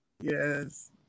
yes